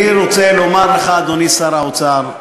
אני רוצה לומר לך, אדוני שר האוצר,